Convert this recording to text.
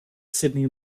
sidney